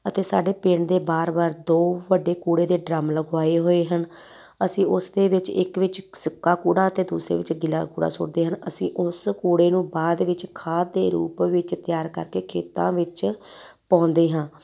ਅਤੇ ਸਾਡੇ ਪਿੰਡ ਦੇ ਬਾਹਰ ਬਾਹਰ ਦੋ ਵੱਡੇ ਕੂੜੇ ਦੇ ਡਰੰਮ ਲਗਵਾਏ ਹੋਏ ਹਨ ਅਸੀਂ ਉਸ ਦੇ ਵਿੱਚ ਇੱਕ ਵਿੱਚ ਸੁੱਕਾ ਕੂੜਾ ਅਤੇ ਦੂਸਰੇ ਵਿੱਚ ਗਿੱਲਾ ਕੂੜਾ ਸੁੱਟਦੇ ਹਨ ਅਸੀਂ ਉਸ ਕੂੜੇ ਨੂੰ ਬਾਅਦ ਵਿੱਚ ਖਾਦ ਦੇ ਰੂਪ ਵਿੱਚ ਤਿਆਰ ਕਰਕੇ ਖੇਤਾਂ ਵਿੱਚ ਪਾਉਂਦੇ ਹਾਂ